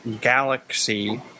Galaxy